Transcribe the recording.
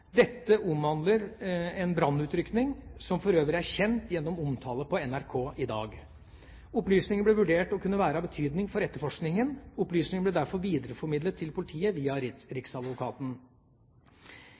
Dette omhandler en brannutrykning, som for øvrig er kjent gjennom omtale på NRK i dag. Opplysningene ble vurdert å kunne være av betydning for etterforskningen. Opplysningene ble derfor videreformidlet til politiet via